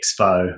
expo